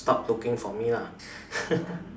stopped looking for me lah